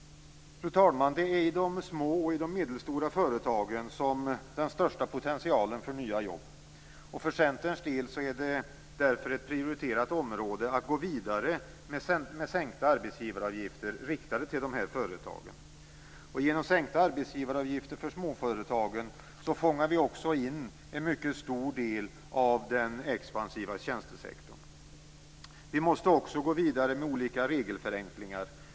De är i de små och medelstora företagen som den största potentialen för nya jobb finns. För Centerns del är det därför ett prioriterat område att gå vidare med sänkta arbetsgivaravgifter riktade till dessa företag. Med hjälp av sänkta arbetsgivaravgifter för småföretagen fångas också en mycket stor del av den expansiva tjänstesektorn in. Vi måste också gå vidare med regelförenklingar.